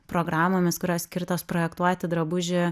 programomis kurios skirtos projektuoti drabužį